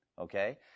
Okay